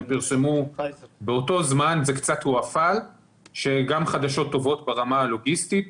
הם פרסמו באותו זמן וזה קצת הואפל גם חדשות טובות ברמה הלוגיסטית,